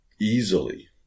easily